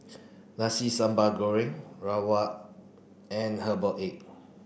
Nasi Sambal Goreng Rawon and herbal egg